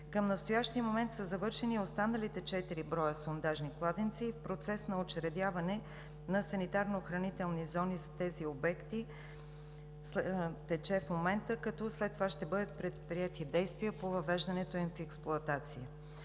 Към настоящия момент са завършени останалите четири броя сондажни кладенци. Процес на учредяване на санитарно охранителни зони за тези обекти тече в момента, като след това ще бъдат предприети действия по въвеждането им в експлоатация.